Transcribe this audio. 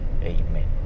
Amen